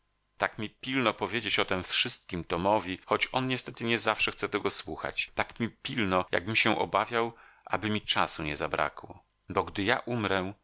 tak mi pilno powiedzieć o tem wszystkim tomowi choć on niestety nie zawsze chce tego słuchać tak mi pilno jakbym się obawiał aby mi czasu nie zabrakło bo gdy ja umrę